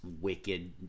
wicked